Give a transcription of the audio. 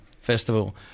Festival